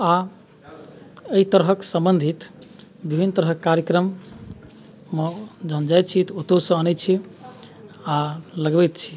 आओर एहि तरहके सम्बन्धित विभिन्न तरहके कार्यक्रममे जँ हम जाइ छी तऽ ओतहुसँ आनै छी आओर लगबैत छी